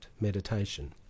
meditation